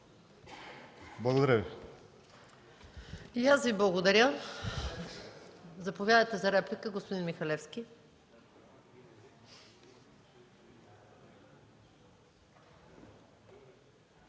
МАЯ МАНОЛОВА: И аз Ви благодаря. Заповядайте за реплика, господин Михалевски.